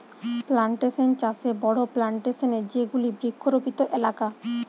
plantation চাষে বড়ো plantation এ যেগুলি বৃক্ষরোপিত এলাকা